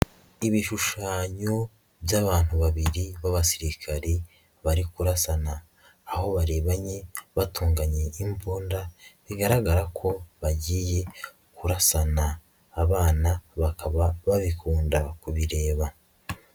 Ibishushanyo by'abantu babiri b'abasirikari bari kurasana aho barebanye batunganye imbunda bigaragara ko bagiye kurasana, abana bakaba babikunda kubireba.